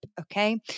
okay